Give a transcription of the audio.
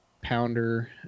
pounder